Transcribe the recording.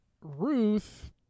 Ruth